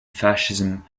fascism